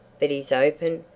but his open,